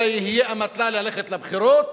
אלא יהיה אמתלה ללכת לבחירות,